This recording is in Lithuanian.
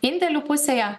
indėlių pusėje